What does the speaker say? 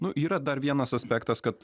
nu yra dar vienas aspektas kad